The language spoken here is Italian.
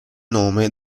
nome